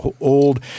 old